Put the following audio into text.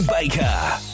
Baker